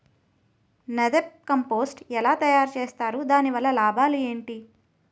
NADEP compost ఎలా తయారు చేస్తారు? దాని వల్ల లాభాలు ఏంటి?